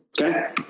okay